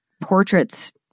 portraits